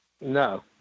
No